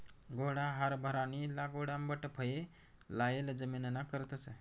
घोडा हारभरानी लागवड आंबट फये लायेल जमिनना करतस